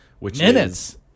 Minutes